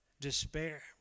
despair